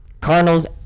Cardinals